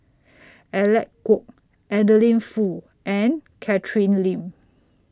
Alec Kuok Adeline Foo and Catherine Lim